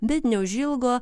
bet neužilgo